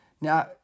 Now